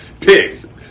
Pigs